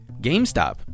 GameStop